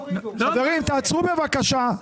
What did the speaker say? חברים, תעצרו בבקשה.